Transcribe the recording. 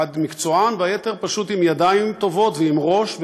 אחד מקצוען והיתר פשוט עם ידיים טובות ועם ראש,